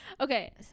Okay